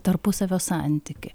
tarpusavio santykį